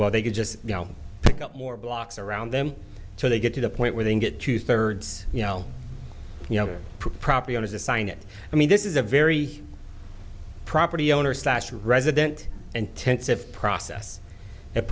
well they can just you know pick up more blocks around them so they get to the point where they can get two thirds you know you know property owners to sign it i mean this is a very property owner slash resident and tense if process